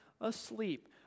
asleep